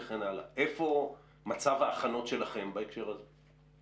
איפה מצב ההכנות שלכם בהקשר הזה?